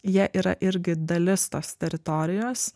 jie yra irgi dalis tos teritorijos